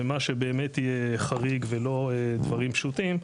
ומה שבאמת יהיה חריג ולא דברים פשוטים,